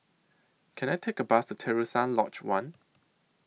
Can I Take A Bus to Terusan Lodge one